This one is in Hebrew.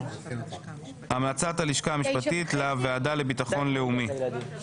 המלצת הלשכה המשפטית - לוועדה לביטחון לאומי.